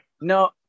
No